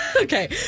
Okay